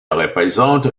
représente